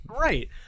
Right